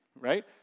right